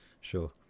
sure